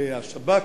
שהשב"כ,